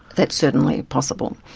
that's certainly possible,